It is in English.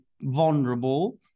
vulnerable